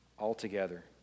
altogether